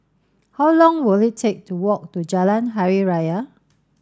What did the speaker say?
how long will it take to walk to Jalan Hari Raya